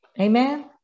Amen